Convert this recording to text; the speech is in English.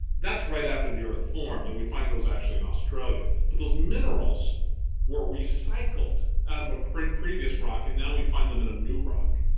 that's right after the earth formed and we find those actually and australia. but those minerals were recycled out of a previous rock and now we find them in a new rock.